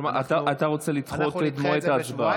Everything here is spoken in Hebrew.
כלומר, אתה רוצה לדחות את מועד ההצבעה?